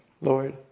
Lord